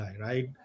right